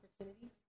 opportunity